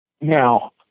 Now